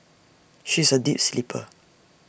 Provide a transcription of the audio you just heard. she is A deep sleeper